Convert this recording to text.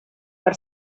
per